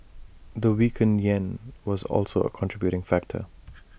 the weakened Yen was also A contributing factor